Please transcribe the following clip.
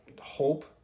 hope